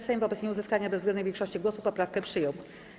Sejm wobec nieuzyskania bezwzględnej większości głosów poprawkę przyjął.